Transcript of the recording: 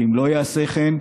ואם לא יעשה כן,